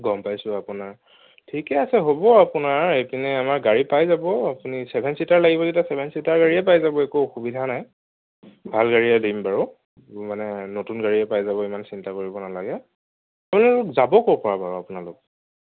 গম পাইছো আপোনাৰ ঠিকে আছে হ'ব আপোনাৰ এইপিনে আমাৰ গাড়ী পাই যাব আপুনি চেভেন চিটাৰ লাগিব যেতিয়া চেভেন চিটাৰ গাড়ীয়ে পাই যাব একো অসুবিধা নাই ভাল গাড়ীয়ে দিম বাৰু মানে নতুন গাড়ীয়ে পাই যাব ইমান চিন্তা কৰিব নালাগে আপোনালোক যাব ক'ৰপৰা বাৰু আপোনালোক